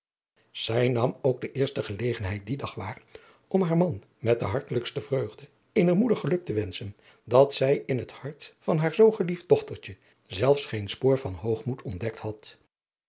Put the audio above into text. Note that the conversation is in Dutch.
zij nam ook de eerste gelegenheid dien dag waar om haar man met de hartelijkste vreugde eener moeder geluk te wenschen dat zij in het hart van haar zoo geliefd dochtertje zelfs geen spoor van hoogmoed ontdekt had